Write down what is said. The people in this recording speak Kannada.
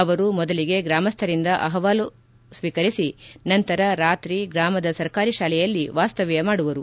ಅವರು ಮೊದಲಿಗೆ ಗ್ರಾಮಸ್ಥರಿಂದ ಅಹವಾಲು ಆಲಿಸಿ ನಂತರ ರಾತ್ರಿ ಗ್ರಾಮದ ಸರ್ಕಾರಿ ಶಾಲೆಯಲ್ಲಿ ವಾಸ್ತವ್ಯ ಮಾಡುವರು